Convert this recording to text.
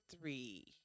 three